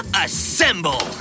assemble